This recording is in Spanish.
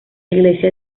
iglesia